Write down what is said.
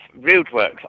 roadworks